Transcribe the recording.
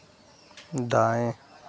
दाएँ